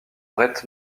brett